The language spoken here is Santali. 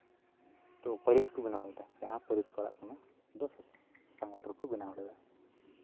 ᱛᱚ ᱯᱟᱹᱨᱤᱥ ᱠᱚ ᱵᱮᱱᱟᱣ ᱞᱮᱫᱟ ᱡᱟᱦᱟᱸ ᱯᱟᱹᱨᱤᱥ ᱯᱟᱲᱟᱜ ᱠᱟᱱᱟ ᱚᱱᱟ ᱫᱚ ᱥᱟᱥᱟᱝ ᱵᱮᱰᱟ ᱨᱮᱠᱚ ᱵᱮᱱᱟᱣ ᱞᱮᱫᱟ